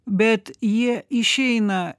bet jie išeina